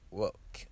work